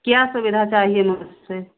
क्या सुविधा चाहिए नमस्ते